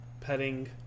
petting